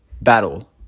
battle